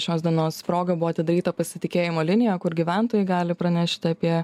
šios dienos proga buvo atidaryta pasitikėjimo linija kur gyventojai gali pranešti apie